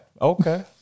okay